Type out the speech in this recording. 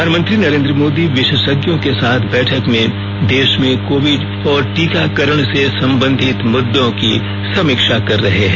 प्रधानमंत्री नरेन्द्र मोदी विशेषज्ञों के साथ बैठक में देश में कोविड और टीकाकरण से संबंधित मुद्दों की समीक्षा कर रहे हैं